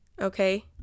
Okay